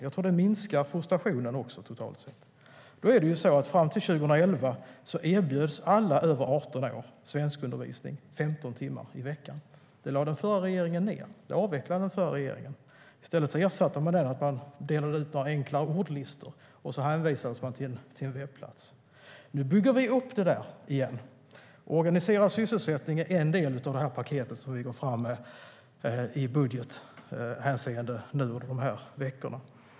Jag tror att det minskar frustrationen totalt sett. Fram till 2011 erbjöds alla över 18 år svenskundervisning 15 timmar i veckan. Det lade den förra regeringen ned och ersatte det med att man delar ut några enkla ordlistor och hänvisar till en webbplats. Nu bygger vi upp detta igen. Organiserad sysselsättning är en del av det paket som vi går fram med i budgethänseende nu under de här veckorna.